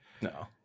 no